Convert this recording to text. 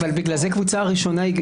אבל בגלל זה הקבוצה הראשונה,